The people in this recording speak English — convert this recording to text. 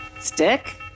Stick